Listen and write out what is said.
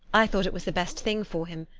i thought it was the best thing for him,